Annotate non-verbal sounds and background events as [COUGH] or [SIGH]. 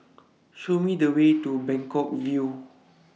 [NOISE] Show Me The Way to Buangkok View